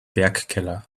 werkkeller